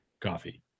Coffee